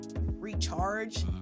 recharge